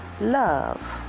love